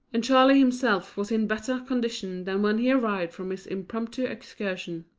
and charley himself was in better condition than when he arrived from his impromptu excursion.